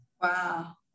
Wow